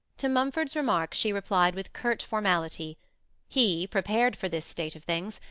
to mumford's remarks she replied with curt formality he, prepared for this state of things,